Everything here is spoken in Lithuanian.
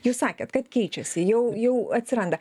jūs sakėt kad keičiasi jau jau atsiranda